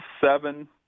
seven